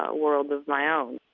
ah world of my own.